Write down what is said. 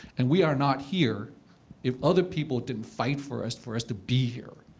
and we are not here if other people didn't fight for us for us to be here.